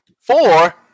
four